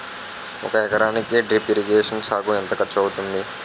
ఒక ఎకరానికి drip irrigation సాగుకు ఎంత ఖర్చు అవుతుంది?